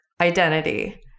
identity